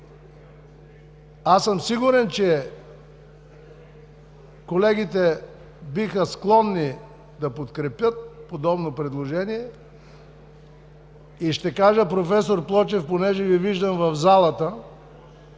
Аз съм сигурен, че колегите биха били склонни да подкрепят подобно предложение и ще кажа, проф. Плочев, понеже Ви виждам в залата,